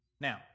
Now